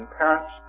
parents